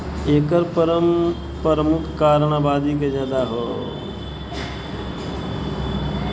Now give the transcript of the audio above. एकर परमुख कारन आबादी के जादा होना हौ